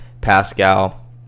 Pascal